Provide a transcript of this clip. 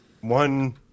one